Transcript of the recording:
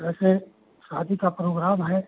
वैसे शादी का प्रोग्राम है